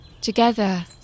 Together